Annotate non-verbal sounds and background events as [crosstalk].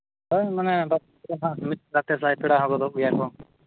ᱦᱳᱭ ᱢᱟᱱᱮ ᱵᱟᱠᱤ ᱠᱚᱫᱚ ᱢᱤᱫ ᱜᱟᱛᱮ [unintelligible] ᱥᱟᱭ ᱯᱮᱲᱟ ᱜᱚᱫᱚᱜ ᱜᱮᱭᱟ ᱠᱚ